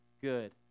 good